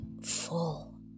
full